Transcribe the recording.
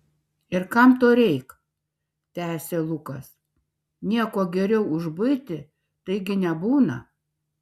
ir kam to reik tęsė lukas nieko geriau už buitį taigi nebūna